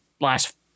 Last